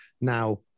Now